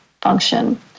function